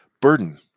burden